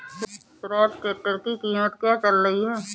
Swaraj tractor की कीमत क्या चल रही है?